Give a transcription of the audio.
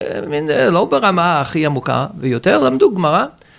‫לא ברמה הכי עמוקה ויותר, ‫למדו גמרא.